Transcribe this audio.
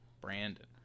brandon